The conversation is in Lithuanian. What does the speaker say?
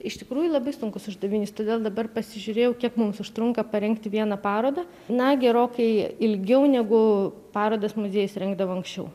iš tikrųjų labai sunkus uždavinys todėl dabar pasižiūrėjau kiek mums užtrunka parengti vieną parodą na gerokai ilgiau negu parodas muziejus rinkdavo anksčiau